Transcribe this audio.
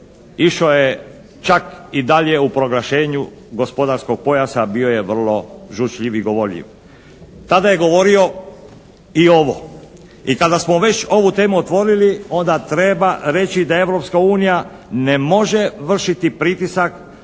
išao je čak i dalje u proglašenju gospodarskog pojasa, bio je vrlo žučljiv i govorljiv. Tada je govorio i ovo. I kada smo već ovu temu otvorili onda treba reći da Europska unija ne može vršiti pritisak